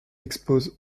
expose